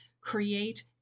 create